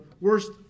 worst